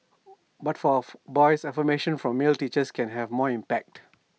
but for boys affirmation from male teachers can have more impact